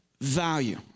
value